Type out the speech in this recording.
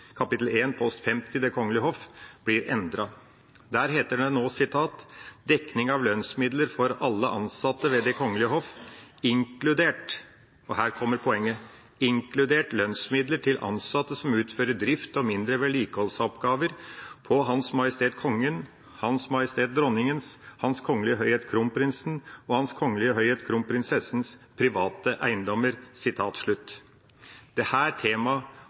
50 Det kongelige hoff, blir endret: Der heter det nå: dekning av lønnsmidler for alle ansatte ved Det kongelige hoff,» – og her kommer poenget – «inkludert lønnsmidler til ansatte som utfører drift og mindre vedlikeholdsoppgaver på H.M. Kongen og H.M. Dronningens og H.K.H. Kronprinsen og H.K.H. Kronprinsessens private eiendommer.» Dette temaet har vært gjenstand for grundige drøftinger i komiteen. Det